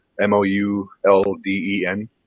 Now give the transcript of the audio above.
M-O-U-L-D-E-N